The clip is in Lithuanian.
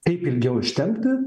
kaip ilgiau ištempti